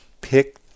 pick